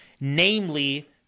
namely